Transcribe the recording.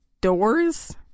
doors